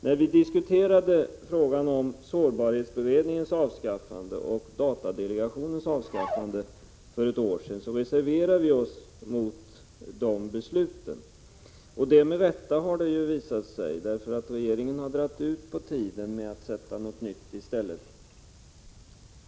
När vi diskuterade frågan om sårbarhetsberedningens avskaffande och datadelegationens avskaffande för ett år sedan reserverade vi oss mot dessa beslut — med rätta har det visat sig, eftersom regeringen har dragit ut på tiden när det gäller att införa något annat i stället.